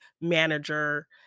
manager